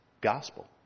gospel